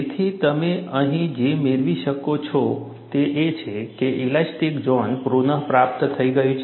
તેથી તમે અહીં જે મેળવો છો તે એ છે કે ઇલાસ્ટિક ઝોન પુનઃપ્રાપ્ત થઈ ગયું છે